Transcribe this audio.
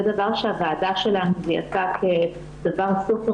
זה דבר שהוועדה שלנו זיהתה כדבר סופר